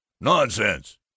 nonsense